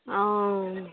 অ